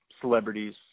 celebrities